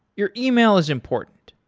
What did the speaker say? your email is important,